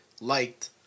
liked